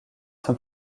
sans